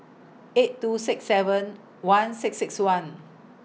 eight two six seven one six six one